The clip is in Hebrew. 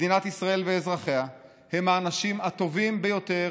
מדינת ישראל ואזרחיה הם האנשים הטובים ביותר